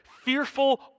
fearful